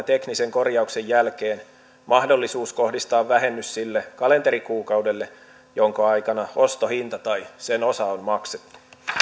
teknisen korjauksen jälkeen mahdollisuus kohdistaa vähennys sille kalenterikuukaudelle jonka aikana ostohinta tai sen osa on maksettu